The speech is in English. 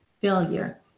failure